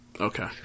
okay